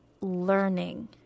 learning